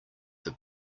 that